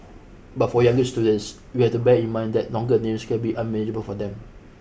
but for younger students we have to bear in mind that longer names can be unmanageable for them